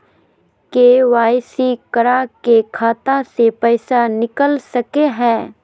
KYC करा के खाता से पैसा निकल सके हय?